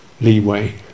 leeway